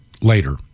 later